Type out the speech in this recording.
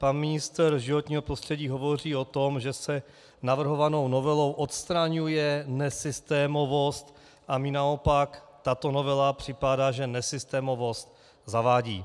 Pan ministr životního prostředí hovoří o tom, že se navrhovanou novelou odstraňuje nesystémovost, a mně naopak tato novela připadá, že nesystémovost zavádí.